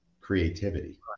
creativity